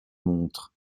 montre